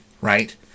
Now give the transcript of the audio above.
right